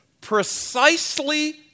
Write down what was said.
precisely